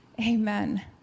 Amen